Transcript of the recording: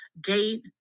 date